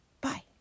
Bye